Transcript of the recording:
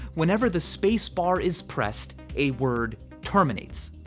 whenever the space bar is pressed a word terminates.